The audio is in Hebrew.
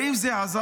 האם זה עזר?